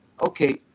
Okay